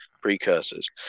precursors